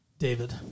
David